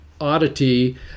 oddity